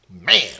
Man